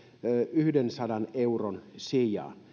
euron sijaan